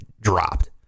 dropped